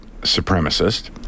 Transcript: supremacist